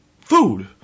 food